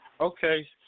okay